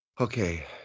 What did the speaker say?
Okay